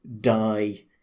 die